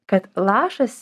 kad lašas